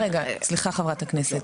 בואו נחזור רגע לקרקע המציאות,